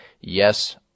yes